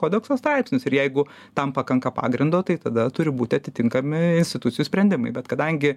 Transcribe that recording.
kodekso straipsnius ir jeigu tam pakanka pagrindo tai tada turi būti atitinkami institucijų sprendimai bet kadangi